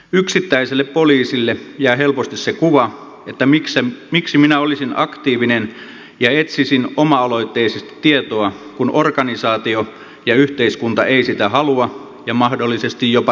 yksittäiselle poliisille jää helposti se kuva että miksi minä olisin aktiivinen ja etsisin oma aloitteisesti tietoa kun organisaatio ja yhteiskunta eivät sitä halua ja mahdollisesti jopa rankaisevat siitä